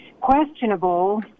questionable